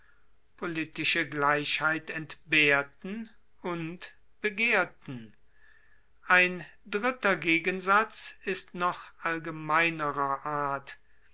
politische gleichheit entbehrten und begehrten ein dritter gegensatz ist noch allgemeinerer art